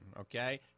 okay